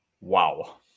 Wow